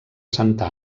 santa